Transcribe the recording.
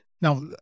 Now